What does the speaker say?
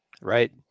Right